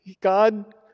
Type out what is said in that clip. God